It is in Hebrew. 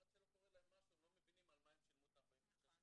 עד שלא קורה להם משהו הם לא מבינים על מה הם שילמו את ה-49 שקלים.